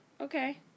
Okay